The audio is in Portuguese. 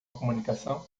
comunicação